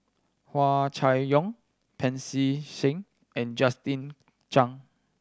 Hua Chai Yong Pancy Seng and Justin Zhuang